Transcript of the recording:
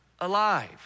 alive